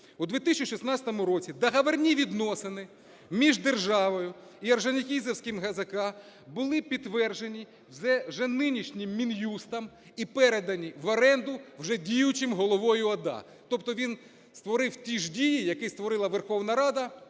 У 2016 році договірні відносини між державою і Орджонікідзевським ГЗК були підтверджені вже нинішнім Мін'юстом і передані в оренду вже діючим головою ОДА. Тобто, він створив ті ж дії, які створила Верховна Рада,